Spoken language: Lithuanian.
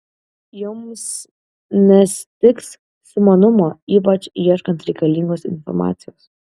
jums nestigs sumanumo ypač ieškant reikalingos informacijos